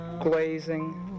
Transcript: glazing